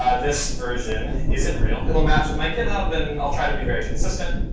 ah this version. is it real. it'll match with my github, and i'll try to be very consistent.